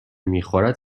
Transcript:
میخورد